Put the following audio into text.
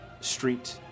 street